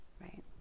Right